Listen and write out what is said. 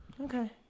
Okay